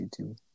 YouTube